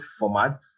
formats